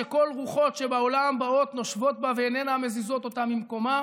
שכל הרוחות שבעולם באות ונושבות בה ואינן מזיזות אותה ממקומה